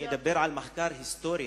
אני מדבר על מחקר היסטורי,